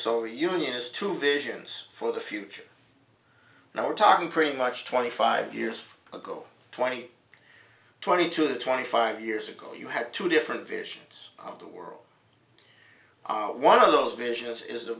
soviet union is two visions for the future now we're talking pretty much twenty five years ago twenty twenty two twenty five years ago you had two different visions of the world one of those visions is